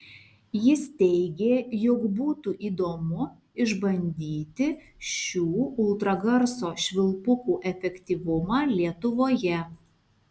jis teigė jog būtų įdomu išbandyti šių ultragarso švilpukų efektyvumą lietuvoje